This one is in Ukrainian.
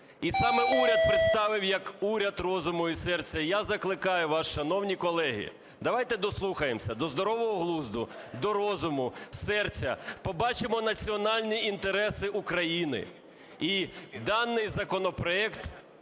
і саме уряд представив як "уряд розуму і серця". Я закликаю вас, шановні колеги, давайте дослухаємося до здорового глузду, до розуму, серця, побачимо національні інтереси України. І даний законопроект